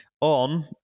on